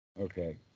okay